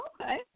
Okay